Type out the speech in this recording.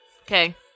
Okay